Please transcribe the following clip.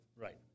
Right